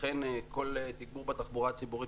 לכן כל תגבור בתחבורה הציבורית,